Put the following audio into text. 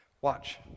Watch